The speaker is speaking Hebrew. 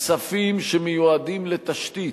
כספים שמיועדים לתשתית,